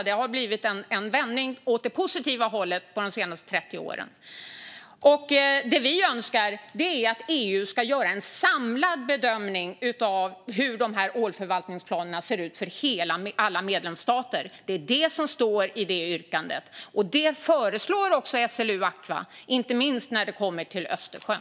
Det har blivit en vändning åt det positiva hållet under de senaste 30 åren. Det vi önskar är att EU ska göra en samlad bedömning av hur de här ålförvaltningsplanerna ser ut för alla medlemsstater. Det är det som står i yrkandet. Det föreslår också SLU Aqua, inte minst när det kommer till Östersjön.